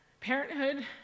Parenthood